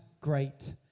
great